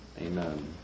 Amen